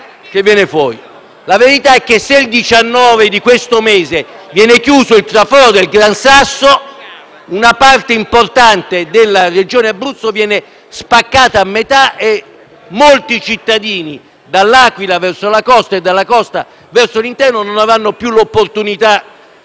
La verità è che se il 19 di questo mese verrà chiuso il traforo del Gran Sasso, una parte della Regione Abruzzo verrà spaccata a metà e molti cittadini, da L'Aquila verso la costa e dalla costa verso l'interno, non avranno più l'opportunità